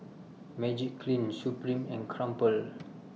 Magiclean Supreme and Crumpler